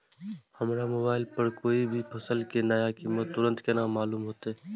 हमरा मोबाइल पर कोई भी फसल के नया कीमत तुरंत केना मालूम होते?